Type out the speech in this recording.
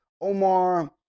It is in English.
Omar